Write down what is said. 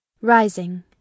Rising